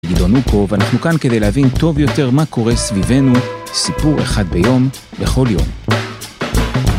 גדעון אוקו ואנחנו כאן כדי להבין טוב יותר מה קורה סביבנו. סיפור אחד ביום, לכל יום.